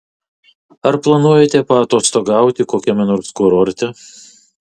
ar planuojate paatostogauti kokiame nors kurorte